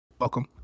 Welcome